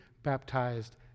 baptized